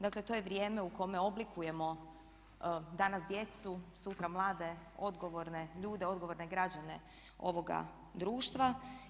Dakle to je vrijeme u kome oblikujemo danas djecu, sutra mlade odgovorne ljude, odgovorne građane ovoga društva.